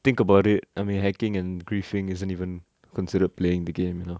think about it I mean hacking and griefing isn't even considered playing the game you know